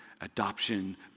adoption